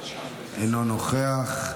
אינו נוכח.